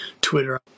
Twitter